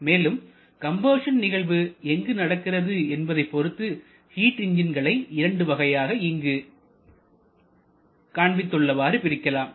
மேலும் கம்பஷன் நிகழ்வு எங்கு நடக்கிறது என்பதைப் பொருத்து ஹிட் என்ஜின்களை இரண்டு வகையாகப் இங்கு காண்பித்துள்ளவாறு பிரிக்கலாம்